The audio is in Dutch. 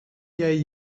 jij